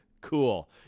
Cool